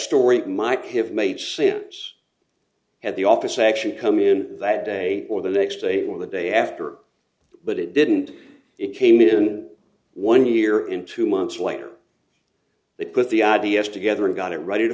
story might have made sense at the office actually come in that day or the next day or the day after but it didn't it came in one year in two months later they put the i d s together and got it ready to